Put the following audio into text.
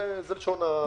זה לשון המכתב.